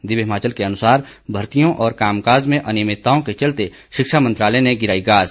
दिव्य हिमाचल के अन्सार भर्तियों और कामकाज में अनियमितताओं के चलते शिक्षा मंत्रालय ने गिराई गाज